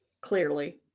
clearly